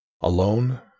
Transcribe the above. Alone